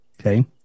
Okay